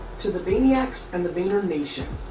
to the vayniacs and the vayner nation,